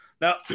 Now